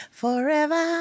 forever